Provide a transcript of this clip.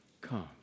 come